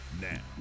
Now